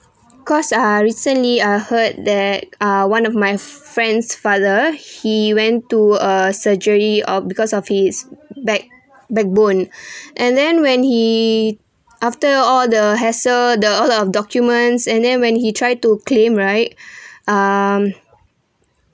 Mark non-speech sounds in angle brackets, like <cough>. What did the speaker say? cause ah recently I heard that ah one of my friend's father he went to a surgery oh because of his back backbone <breath> and then when he after all the hassle the all of the documents and then when he tried to claim right <breath> um